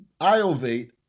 Iovate